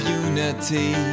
unity